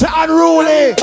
unruly